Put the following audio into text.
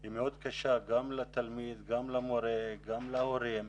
היא מאוד קשה גם לתלמיד גם למורה, גם להורים,